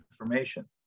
information